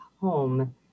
home